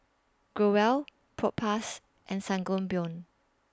Growell Propass and Sangobion